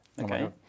Okay